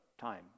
time